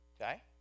okay